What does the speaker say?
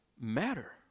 matter